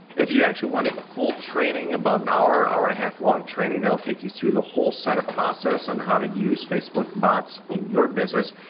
if you actually want a full training, about an hour, hour and a half long training that'll take you through the whole setup process on and how to use facebook bots in your business,